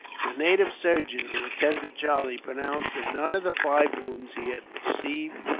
the native surgeon, who attended charlie, pronounced that none of the five wounds he had received,